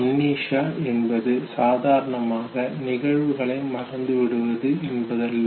amnesia என்பது சாதாரணமாக நிகழ்வுகளை மறந்து விடுவது என்பதல்ல